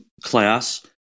class